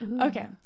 Okay